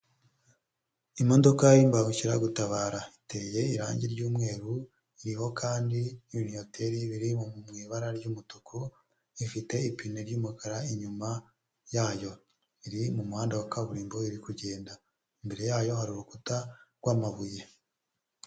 Imodoka y'imbagukiragutabara iteye irangi ry'umweru iriho kandi ibinyoteri biri mu ibara ry'umutuku ifite ipine ry'umukara inyuma yayo iri mu muhanda wa kaburimbo iri kugenda imbere yayo hari urukuta rw'amabuye.